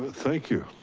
thank you.